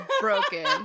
broken